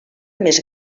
més